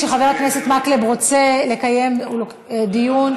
כשחבר הכנסת מקלב רוצה לקיים דיון,